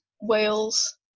Wales